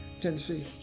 Tennessee